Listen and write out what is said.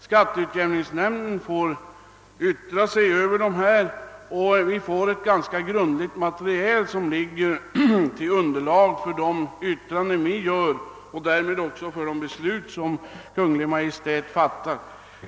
Skatteutjämningsnämnden får ytira sig över dessa framställningar, och vi får ett ganska utförligt material, som ligger som underlag för de yttranden vi avger och därmed också för de beslut som Kungl. Maj:t fattar.